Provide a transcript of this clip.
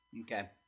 Okay